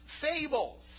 fables